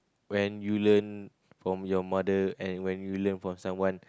when you learn from your mother and when you learn from someone